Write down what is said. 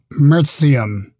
mercium